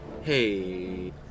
Hey